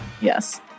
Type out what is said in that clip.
Yes